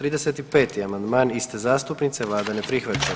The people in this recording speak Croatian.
35. amandman iste zastupnice, vlada ne prihvaća.